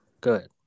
good